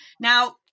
Now